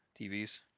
TVs